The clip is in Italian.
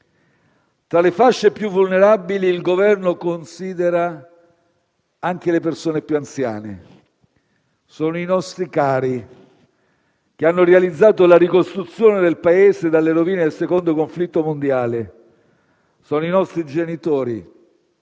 Tra le fasce più vulnerabili, il Governo considera anche le persone più anziane: sono i nostri cari, che hanno realizzato la ricostruzione del Paese dalle rovine del secondo conflitto mondiale, sono i nostri genitori,